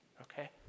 Okay